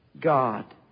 God